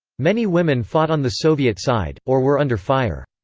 many women fought on the soviet side, or were under fire.